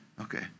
Okay